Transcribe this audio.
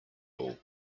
all